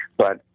but,